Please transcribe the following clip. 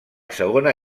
segona